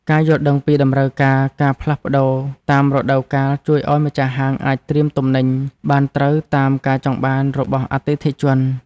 ការយល់ដឹងពីតម្រូវការការផ្លាស់ប្តូរតាមរដូវកាលជួយឱ្យម្ចាស់ហាងអាចត្រៀមទំនិញបានត្រូវតាមការចង់បានរបស់អតិថិជន។